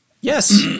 Yes